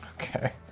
Okay